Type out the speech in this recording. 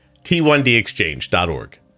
t1dexchange.org